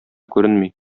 күренми